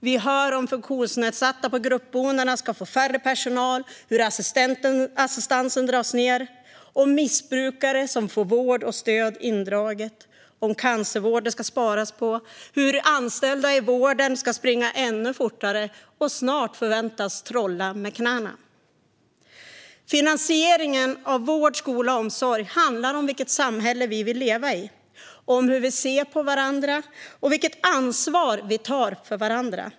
Vi hör om att funktionsnedsatta på gruppboendena ska få färre personal, om att assistansen dras ned, om missbrukare som får vård och stöd indraget, om cancervård det ska sparas på och om att anställda i vården ska springa ännu fortare och snart förväntas trolla med knäna. Finansieringen av vård, skola och omsorg handlar om vilket samhälle vi vill leva i, om hur vi ser på varandra och om vilket ansvar vi tar för varandra.